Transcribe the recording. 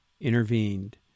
intervened